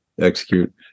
execute